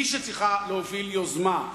היא שצריכה להוביל יוזמה,